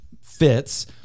fits